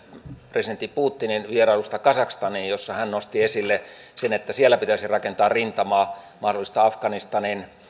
presidentti putinin vierailusta kazakstaniin jossa hän nosti esille sen että siellä pitäisi rakentaa rintamaa mahdollista afganistanin